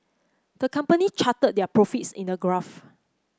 the company charted their profits in a graph